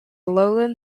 lowland